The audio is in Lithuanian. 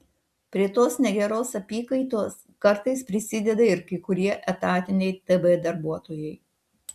prie tos negeros apykaitos kartais prisideda ir kai kurie etatiniai tv darbuotojai